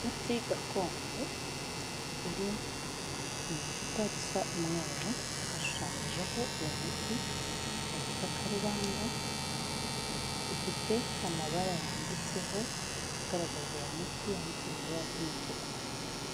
Umuti gakondo, uri mu icupa risa umweru, hashushanyijeho uwo muti, ni gikakarubamba rifite amabara yanditseho agaragaza uwo muti yanditse mu ibara ry'umutuku.